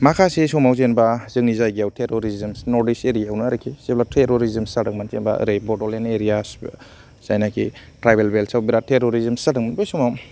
माखासे समाव जेनबा जोंनि जायगायाव टेर'रिजम नर्थ इस्ट एरियायावनो आर्खि टेर'रिजम जादोंमोन जेनेबा एरै बडलेन्ड एरिया जायनाकि ट्रायबेल बेल्टसआव बिरात टेर'रिजम जादों बे समाव